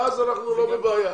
ואז לא נהיה בבעיה.